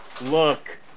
look